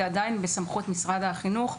זה עדיין בסמכות משרד החינוך,